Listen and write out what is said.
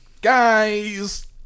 guys